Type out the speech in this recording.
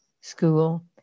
school